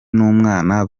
n’umwana